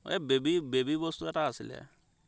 baby baby বস্তু এটা আছিলে